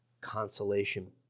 consolation